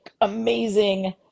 amazing